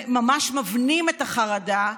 ממש מבנים את החרדה,